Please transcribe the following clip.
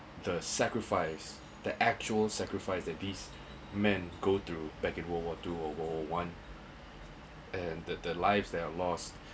the sacrifice the actual sacrifice that these men go through back in world war two or world war one and that the lives that are lost